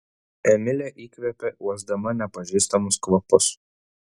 emilė įkvėpė uosdama nepažįstamus kvapus